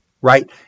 right